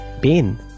bin